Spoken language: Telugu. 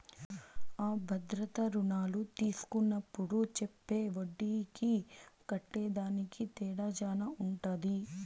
అ భద్రతా రుణాలు తీస్కున్నప్పుడు చెప్పే ఒడ్డీకి కట్టేదానికి తేడా శాన ఉంటది